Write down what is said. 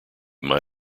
might